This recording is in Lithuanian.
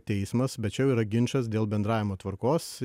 teismas bet čia jau yra ginčas dėl bendravimo tvarkos